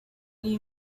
you